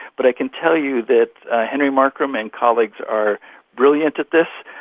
but i can tell you that henry markram and colleagues are brilliant at this.